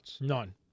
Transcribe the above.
None